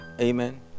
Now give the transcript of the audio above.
Amen